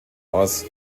aus